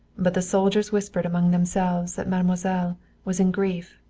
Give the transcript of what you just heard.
but the soldiers whispered among themselves that mademoiselle was in grief,